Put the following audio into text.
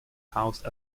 housed